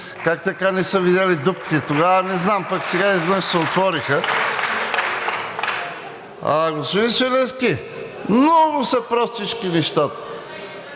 Как така не са видели дупки тогава, не знам? А сега изведнъж се отвориха?! Господин Свиленски, много са простички нещата.